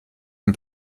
ein